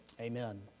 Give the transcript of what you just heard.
Amen